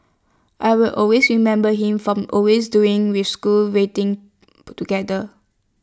I will always remember him from always doing with school rating altogether